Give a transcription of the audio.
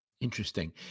Interesting